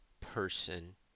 person